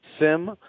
Sim